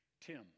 Tim